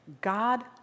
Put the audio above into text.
God